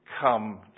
Come